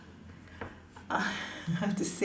I have to say